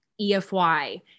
EFY